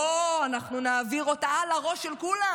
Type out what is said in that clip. לא, אנחנו נעביר אותה על הראש של כולם,